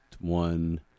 one